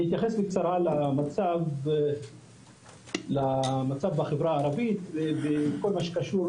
אני אתייחס בקצרה למצב בחברה הערבית בכל מה שקשור